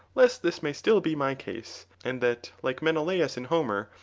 lest this may still be my case and that, like menelaus in homer,